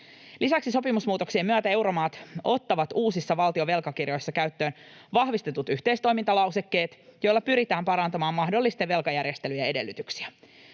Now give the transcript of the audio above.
Lisäksi sopimusmuutoksien myötä euromaat ottavat uusissa valtion velkakirjoissa käyttöön vahvistetut yhteistoimintalausekkeet, joilla pyritään parantamaan mahdollisten velkajärjestelyjen edellytyksiä.